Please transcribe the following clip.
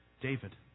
David